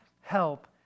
help